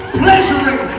pleasuring